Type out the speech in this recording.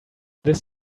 this